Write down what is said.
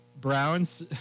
Browns